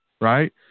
Right